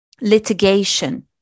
Litigation